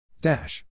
Dash